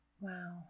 Wow